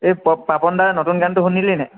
এই পাপন দাৰ নতুন গানটো শুনিলি নাই